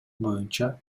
боюнча